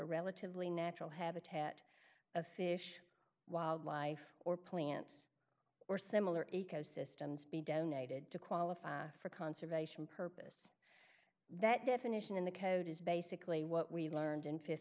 relatively natural habitat of fish wildlife or plants or similar ecosystems be donated to qualify for conservation purpose that definition in the code is basically what we learned in